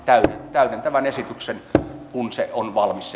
täydentävän esityksen kun se esitys on valmis